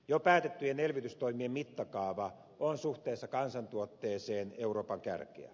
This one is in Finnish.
jo päätettyjen elvytystoimien mittakaava on suhteessa kansantuotteeseen euroopan kärkeä